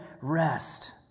rest